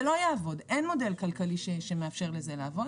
זה לא יעבוד, אין מודל כלכלי שמאפשר לזה לעבוד.